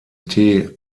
tee